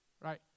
Right